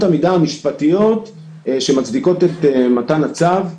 המידה המשפטיות שמצדיקות את מתן הצו,